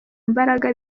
mbaraga